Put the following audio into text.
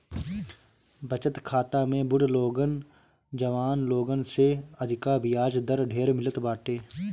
बचत खाता में बुढ़ लोगन जवान लोगन से अधिका बियाज दर ढेर मिलत बाटे